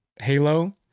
Halo